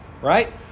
Right